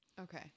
Okay